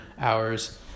hours